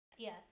Yes